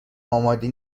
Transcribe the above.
آماده